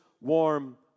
warm